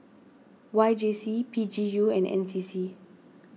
Y J C P G U and N C C